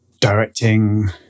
directing